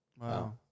Wow